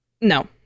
no